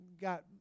got